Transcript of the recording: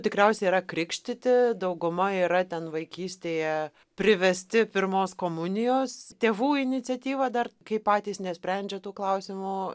tikriausiai yra krikštyti dauguma yra ten vaikystėje privesti pirmos komunijos tėvų iniciatyva dar kai patys nesprendžia tų klausimų